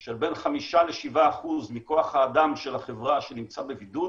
של בין 5% ל-7% מכוח האדם של החברה שנמצא בבידוד.